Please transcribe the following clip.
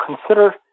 consider